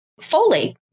Folate